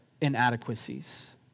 inadequacies